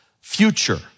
future